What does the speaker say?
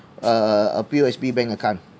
a a a a P_O_S_B bank account